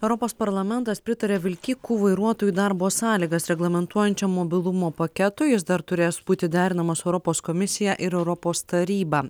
europos parlamentas pritarė vilkikų vairuotojų darbo sąlygas reglamentuojančiam mobilumo paketui jis dar turės būti derinamas su europos komisija ir europos taryba